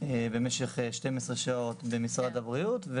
במשך 12 שעות במשרד הבריאות,